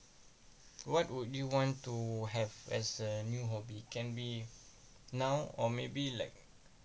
what would you want to have as a new hobby can be now or maybe like